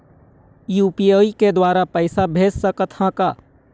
UPI के द्वारा पैसा भेज सकत ह का?